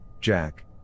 Jack